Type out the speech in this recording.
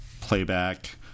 playback